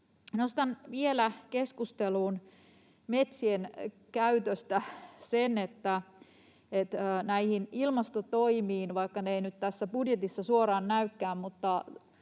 Nostan vielä keskusteluun metsien käytöstä sen, että näihin ilmastotoimiin, vaikka ne eivät nyt tässä budjetissa suoraan näykään,